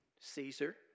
Caesar